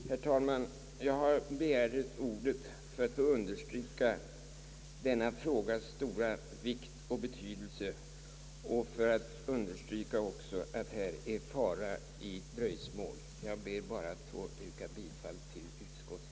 Herr talman! Jag begärde ordet för att få understryka denna frågas stora vikt och betydelse och även för ati framhålla, att det är fara i dröjsmål. Jag ber att med det anförda få yrka bifall till utskottets utlåtande.